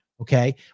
Okay